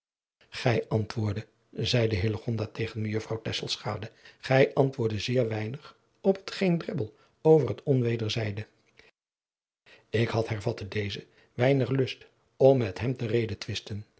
gij antwoordde zeide hillegonda tegen mejuffrouw tesselschade gij antwoordde zeer weinig op het geen drebbel over het onweder zeide ik had hervatte deze weinig lust om met hem te